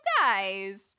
guys